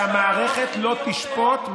שהמערכת לא תשפוט,